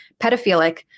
pedophilic